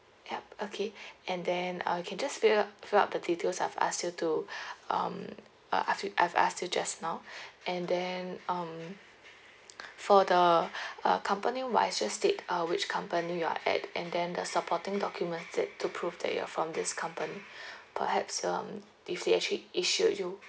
yup okay and then uh you can just fill it up fill up the details I've asked you to um uh asked you I've asked you just now and then um for the uh company wise just state uh which company you are at and then the supporting documents it to prove that you're from this company perhaps um if they actually issued you